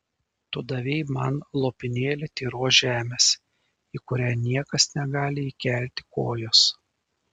tu davei man lopinėlį tyros žemės į kurią niekas negali įkelti kojos